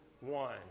one